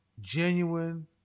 genuine